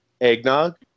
eggnog